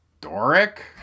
Doric